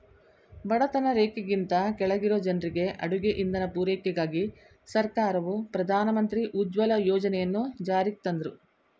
ಬಡತನ ರೇಖೆಗಿಂತ ಕೆಳಗಿರೊ ಜನ್ರಿಗೆ ಅಡುಗೆ ಇಂಧನ ಪೂರೈಕೆಗಾಗಿ ಸರ್ಕಾರವು ಪ್ರಧಾನ ಮಂತ್ರಿ ಉಜ್ವಲ ಯೋಜನೆಯನ್ನು ಜಾರಿಗ್ತಂದ್ರು